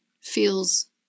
feels